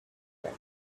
that